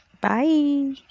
Bye